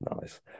Nice